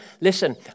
Listen